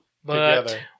Together